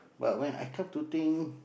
but when I come to think